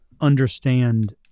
understand